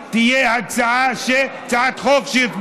והיא תהיה הצעת חוק.